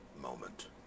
moment